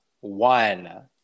One